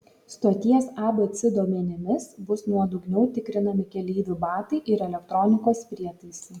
stoties abc duomenimis bus nuodugniau tikrinami keleivių batai ir elektronikos prietaisai